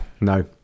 No